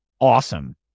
awesome